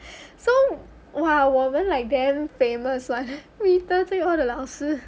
so !wah! 我们 like damn famous [one] we 得罪 all 的老师